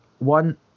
one